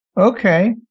okay